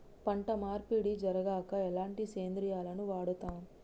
పంట మార్పిడి జరిగాక ఎలాంటి సేంద్రియాలను వాడుతం?